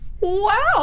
wow